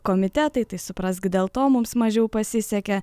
komitetai tai suprask dėl to mums mažiau pasisekė